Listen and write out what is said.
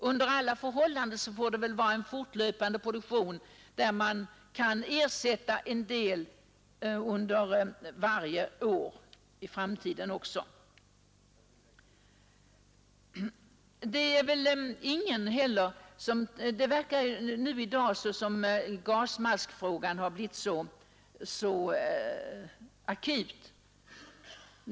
Under alla förhållanden måste vi väl ha en fortlöpande produktion i framtiden också, så att gasmaskerna ersätts successivt varje år. Det verkar i dag som om gasmask frågan hade blivit akut.